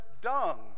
dung